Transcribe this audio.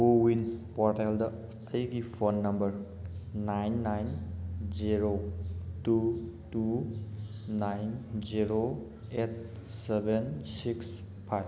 CoWIN ꯄꯣꯔꯇꯦꯜꯗ ꯑꯩꯒꯤ phone number nine nine zero two two nine zero eight seven six five